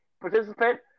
participant